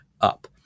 up